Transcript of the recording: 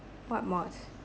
what mods